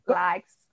likes